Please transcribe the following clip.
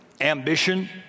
ambition